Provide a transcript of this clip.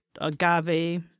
agave